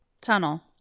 Tunnel